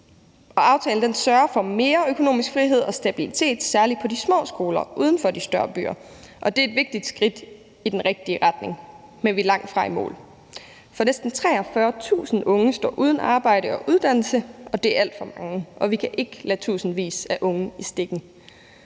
Aftalen sørger for mere økonomisk frihed og stabilitet, særlig på de små skoler uden for de større byer. Det er et vigtigt skridt i den rigtige retning, men vi er langtfra i mål, for næsten 43.000 unge står uden arbejde og uddannelse. Det er alt for mange, og vi kan ikke lade tusindvis af unge i stikken.